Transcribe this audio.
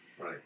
Right